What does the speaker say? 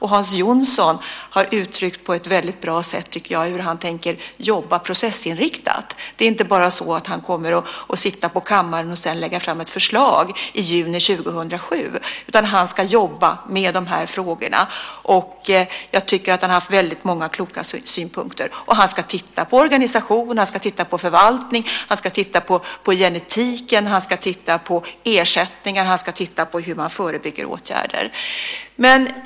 Hans Jonsson har på ett väldigt bra sätt, tycker jag, uttryckt hur han tänker jobba processinriktat. Han kommer inte bara att sitta på sin kammare och sedan lägga fram ett förslag i juni 2007. Han ska jobba med de här frågorna. Jag tycker att han har haft väldigt många kloka synpunkter. Han ska titta på organisation, förvaltning, genetik och ersättningar och han ska titta på hur man förebygger åtgärder.